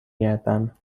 گردم